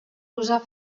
posar